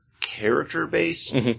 character-based